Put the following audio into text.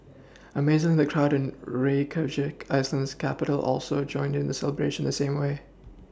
amazingly the crowd in Reykjavik iceland's capital also joined in the celebration the same way